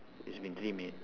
it's been three minute